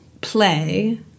play